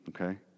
okay